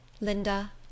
Linda